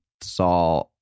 saw